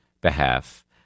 behalf